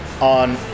on